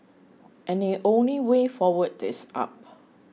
and the only way forward is up